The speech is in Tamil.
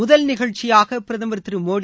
முதல் நிகழ்ச்சியாக பிரதமர் திரு மோடி